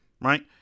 Right